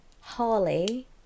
Harley